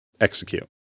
execute